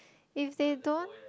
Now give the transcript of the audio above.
if they don't